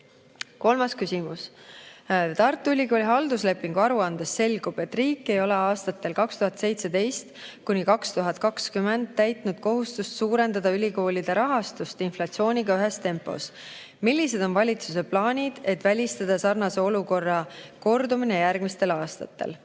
Kolmas küsimus: "Tartu Ülikooli halduslepingu aruandest selgub, et riik ei ole aastatel 2017–2020 täitnud kohustust suurendada ülikoolide rahastust inflatsiooniga ühes tempos. Millised on valitsuse plaanid, et välistada sarnase olukorra kordumine järgmistel aastatel?"